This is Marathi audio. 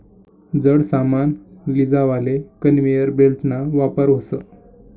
जड सामान लीजावाले कन्वेयर बेल्टना वापर व्हस